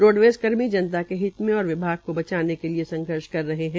roadways कर्मी जनता के हित मे ओर विभाग को बचाने के लिए संघर्ष कर रहे है